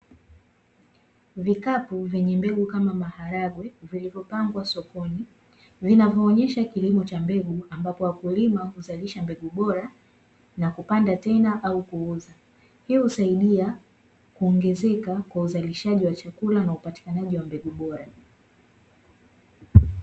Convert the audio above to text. Vikapu vyenye mbegu kama maharagwe vilivyopangwa sokoni vinavyoonyesha kilimo cha mbegu, ambapo wakulima huzalisha mbegu bora na kupanda tena au kuuza. Hii husaidia kuongezeka kwa uzalishaji wa chakula na upatikanaji wa mbegu bora.